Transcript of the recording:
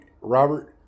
Robert